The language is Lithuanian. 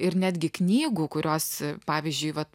ir netgi knygų kurios pavyzdžiui vat